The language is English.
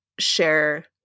share